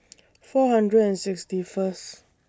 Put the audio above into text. four hundred and sixty First